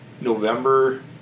November